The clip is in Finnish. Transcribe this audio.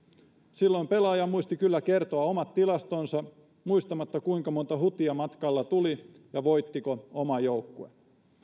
silloin pelaaja muisti kyllä kertoa omat tilastonsa muistamatta kuinka monta hutia matkalla tuli ja voittiko oma joukkue